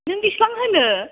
नों बिसिबां होनो